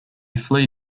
flee